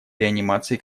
реанимации